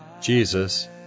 Jesus